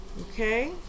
okay